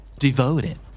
Devoted